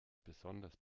besonders